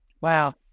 Wow